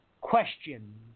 question